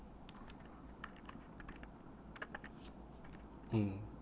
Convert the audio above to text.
mm